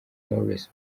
knowles